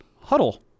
Huddle